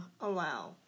allow